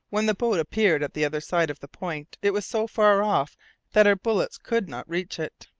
when the boat appeared at the other side of the point, it was so far off that our bullets could not reach it.